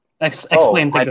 Explain